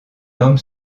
homme